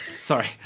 Sorry